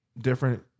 different